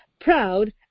proud